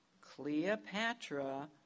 Cleopatra